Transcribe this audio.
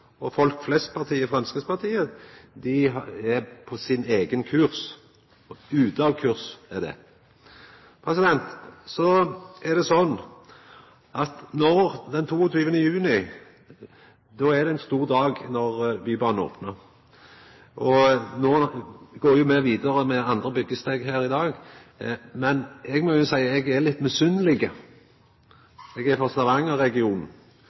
med folk flest, og folk flest-partiet Framstegspartiet er på sin eigen kurs – ute av kurs, er det. Den 22. juni er det ein stor dag; Bybanen opnar. Me går vidare med andre byggjesteg her i dag, men eg må jo seia at eg er litt